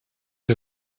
der